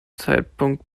zeitpunkt